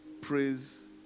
praise